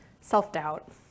self-doubt